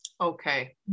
okay